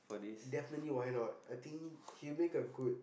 definitely why not I think he'll make a good